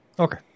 okay